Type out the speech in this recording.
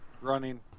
Running